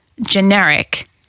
generic